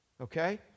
Okay